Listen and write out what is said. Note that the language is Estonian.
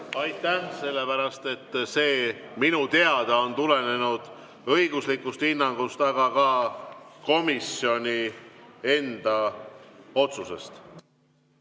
Aitäh! Sellepärast, et see minu teada on tulenenud õiguslikust hinnangust, aga ka komisjoni enda otsusest.